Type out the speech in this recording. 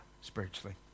spiritually